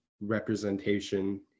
representation